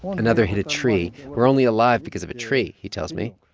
another hit a tree. we're only alive because of a tree, he tells me.